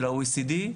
של ה-OECD,